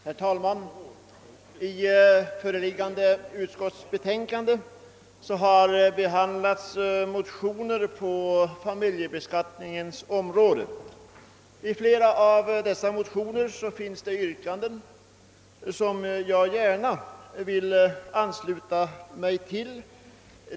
Herr talman! I föreliggande utskottsbetänkande behandlas motioner avseende familjebeskattningen. I flera av dessa motioner finns yrkanden som jag gärna vill ansluta mig till.